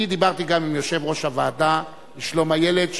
אני דיברתי גם עם יושב-ראש הוועדה לשלום הילד,